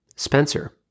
Spencer